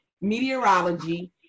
meteorology